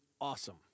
awesome